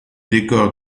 décor